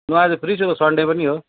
म आज फ्री छु त सन्डे पनि हो